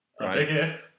right